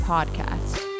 Podcast